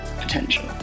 potential